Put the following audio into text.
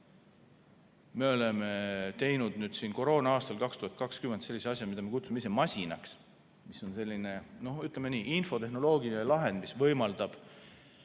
Me oleme teinud siin koroona-aastal 2020 sellise asja, mida me kutsume ise masinaks. See on selline, ütleme nii, infotehnoloogiline lahendus, mis võimaldab